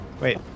Wait